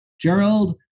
Gerald